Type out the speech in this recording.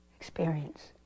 experience